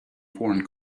foreign